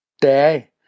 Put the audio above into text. day